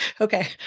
Okay